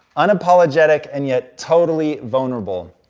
unapologetic and yet totally vulnerable.